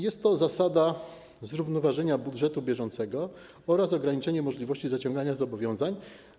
Jest to zasada zrównoważenia budżetu bieżącego oraz ograniczenia możliwości zaciągania zobowiązań.